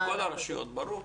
בכל הרשויות, ברור.